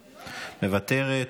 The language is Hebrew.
מוותרת,